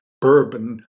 bourbon